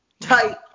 Tight